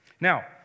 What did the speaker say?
Now